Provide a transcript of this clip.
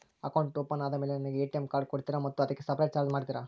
Account open ಆದಮೇಲೆ ನನಗೆ ATM card ಕೊಡ್ತೇರಾ ಮತ್ತು ಅದಕ್ಕೆ ಸಪರೇಟ್ ಚಾರ್ಜ್ ಮಾಡ್ತೇರಾ?